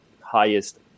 highest